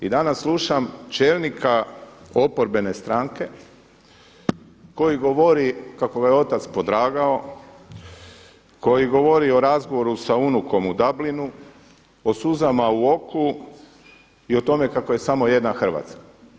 I danas slušam čelnika oporbene stranke koji govori kako ga je otac podragao, koji govori o razgovoru sa unukom u Dublinu, o suzama u oku i o tome kako je samo jedna Hrvatska.